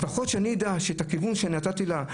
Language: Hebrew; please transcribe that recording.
לפחות שאני אדע שאת הכיוון שנתתי לה.